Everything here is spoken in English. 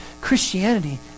Christianity